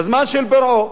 בזמן של פרעה,